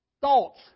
Thoughts